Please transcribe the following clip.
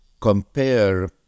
compare